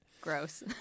Gross